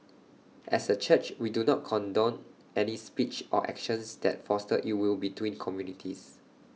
as A church we do not condone any speech or actions that foster ill will between communities